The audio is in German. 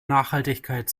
nachhaltigkeit